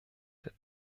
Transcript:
der